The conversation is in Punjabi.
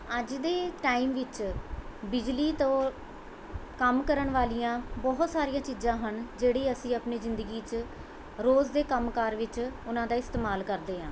ਅੱਜ ਦੇ ਟਾਈਮ ਵਿੱਚ ਬਿਜਲੀ ਤੋਂ ਕੰਮ ਕਰਨ ਵਾਲੀਆਂ ਬਹੁਤ ਸਾਰੀਆਂ ਚੀਜ਼ਾਂ ਹਨ ਜਿਹੜੀ ਅਸੀਂ ਆਪਣੀ ਜ਼ਿੰਦਗੀ 'ਚ ਰੋਜ਼ ਦੇ ਕੰਮ ਕਾਰ ਵਿੱਚ ਉਹਨਾਂ ਦਾ ਇਸਤੇਮਾਲ ਕਰਦੇ ਹਾਂ